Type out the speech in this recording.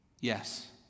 Yes